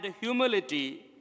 humility